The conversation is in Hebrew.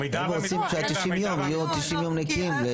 הם רוצים שה-90 יום יהיו 90 יום נקיים.